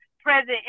present